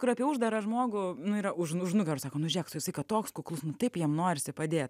kur apie uždarą žmogų nu yra už n už nugaros sako nu žėk is saiką toks kuklus nu taip jam norisi padėt